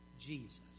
Jesus